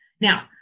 Now